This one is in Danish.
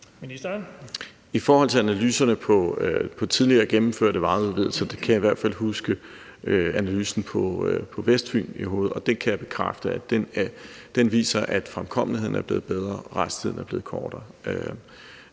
angår analyserne af tidligere gennemførte vejudvidelser, så kan jeg i hvert fald huske analysen af vejudvidelsen på Vestfyn i hovedet, og jeg kan bekræfte, at den viser, at fremkommeligheden er blevet bedre, og at rejsetiden er blevet kortere.